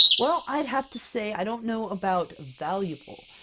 well i'd have to say i don't know about valuable,